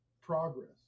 progress